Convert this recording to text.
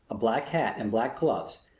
a black hat and black gloves,